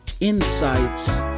insights